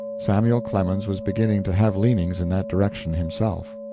samuel clemens was beginning to have leanings in that direction himself.